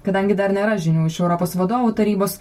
kadangi dar nėra žinių iš europos vadovų tarybos